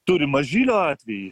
turim mažylio atvejį